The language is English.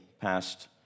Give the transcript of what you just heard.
passed